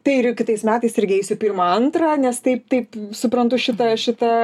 tai ir kitais metais irgi eisiu pirmą antrą nes taip taip suprantu šitą šitą